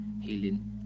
healing